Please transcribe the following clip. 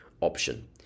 option